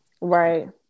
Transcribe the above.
right